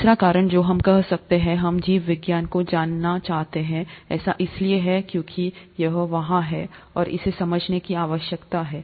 तीसरा कारण जो हम कह सकते है हम जीव विज्ञान को जानना चाहते हैं ऐसा इसलिए है क्योंकि यह वहां है और इसे समझने के आवश्यकता है